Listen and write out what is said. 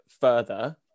further